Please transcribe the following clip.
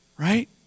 Right